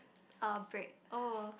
a break oh